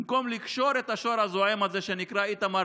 במקום לקשור את השור הזועם הזה שנקרא איתמר